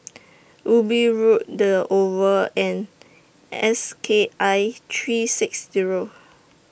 Wilby Road The Oval and S K I three six Zero